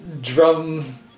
drum